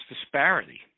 disparity